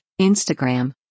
Instagram